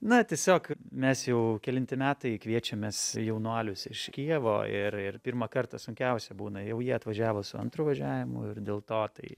na tiesiog mes jau kelinti metai kviečiamės jaunuolius iš kijevo ir ir pirmą kartą sunkiausia būna jau jie atvažiavo su antru važiavimu ir dėl to tai